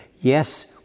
Yes